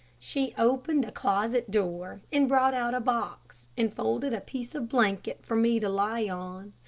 she opened a closet door, and brought out a box, and folded a piece of blanket for me to lie on.